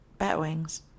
Batwings